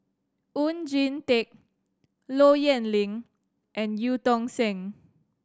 Oon Jin Teik Low Yen Ling and Eu Tong Sen